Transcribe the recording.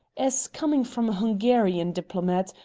as coming from a hungarian diplomat,